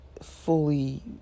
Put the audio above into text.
fully